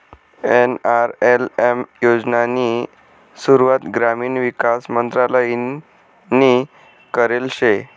NRLM योजनानी सुरुवात ग्रामीण विकास मंत्रालयनी करेल शे